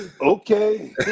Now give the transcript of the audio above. Okay